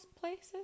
places